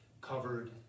covered